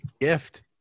gift